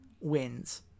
wins